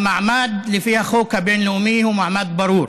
המעמד לפי החוק הבין-לאומי הוא מעמד ברור: